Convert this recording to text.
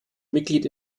mitglied